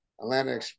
Atlanta